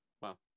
Wow